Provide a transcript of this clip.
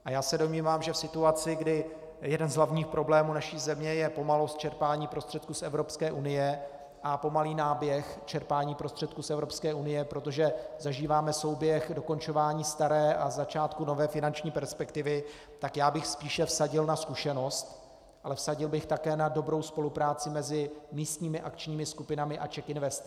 A já se domnívám, že v situaci, kdy jeden z hlavních problémů naší země je pomalost čerpání prostředků z Evropské unie a pomalý náběh čerpání prostředků z Evropské unie, protože zažíváme souběh dokončování staré a začátku nové finanční perspektivy, tak já bych spíše vsadil na zkušenost, ale vsadil bych také na dobrou spolupráci mezi místními akčními skupinami a CzechInvestem.